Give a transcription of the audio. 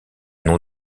nom